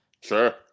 Sure